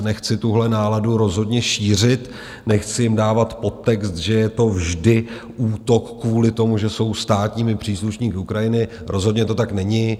Nechci tuhle náladu rozhodně šířit, nechci jim dávat podtext, že je to vždy útok kvůli tomu, že jsou státními příslušníky Ukrajiny, rozhodně to tak není.